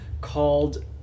called